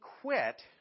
quit